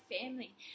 family